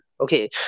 Okay